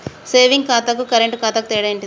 Saving ఖాతాకు current ఖాతాకు తేడా ఏంటిది?